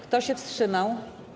Kto się wstrzymał?